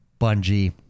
Bungie